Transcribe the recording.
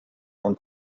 und